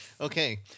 Okay